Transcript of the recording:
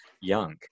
young